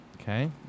Okay